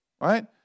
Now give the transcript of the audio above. right